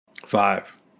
five